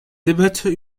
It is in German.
debatte